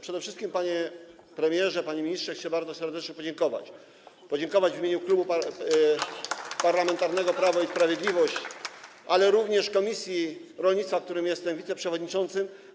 Przede wszystkim, panie premierze, panie ministrze, chcę bardzo serdecznie podziękować w imieniu Klubu Parlamentarnego Prawo i Sprawiedliwość, ale również komisji rolnictwa, której jestem przewodniczącym.